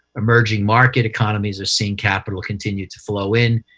emerging market economies are seeing capital continue to flow in.